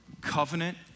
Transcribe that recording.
Covenant